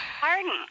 pardon